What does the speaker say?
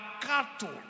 cattle